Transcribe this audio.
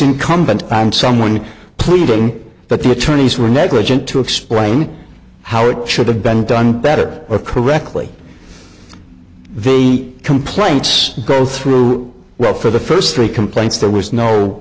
incumbent on someone pleading but the attorneys were negligent to explain how it should have been done better or correctly the complaints go through well for the first three complaints there was no